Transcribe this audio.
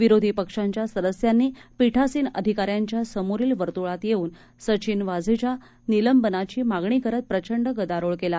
विरोधी पक्षांच्या सदस्यांनी पीठासीन अधिकाऱ्यांच्या समोरील वर्तुळात येऊन सचिन वाझेच्या निलंबनाची मागणी करत प्रचंड गदारोळ केला